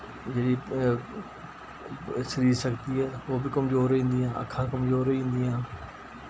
जेह्ड़ी शरीर शक्ति ऐ ओह् वी कमजोर होई जन्दियां अक्खां कमजोर होई जन्दियां